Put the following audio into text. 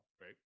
right